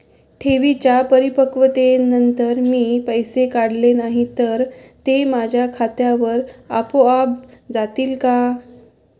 ठेवींच्या परिपक्वतेनंतर मी पैसे काढले नाही तर ते माझ्या खात्यावर आपोआप जातील का?